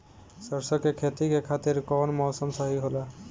सरसो के खेती के खातिर कवन मौसम सही होला?